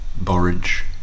borage